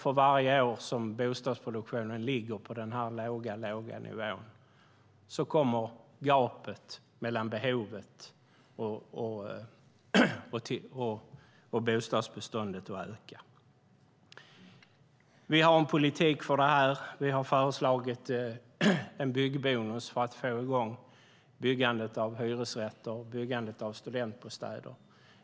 För varje år som bostadsproduktionen ligger på den låga nivån kommer gapet mellan behovet och bostadsbeståndet att öka. Vi socialdemokrater har en politik för detta. Vi har föreslagit en byggbonus för att få i gång byggandet av hyresrätter och studentbostäder.